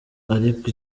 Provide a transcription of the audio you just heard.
ariko